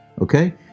Okay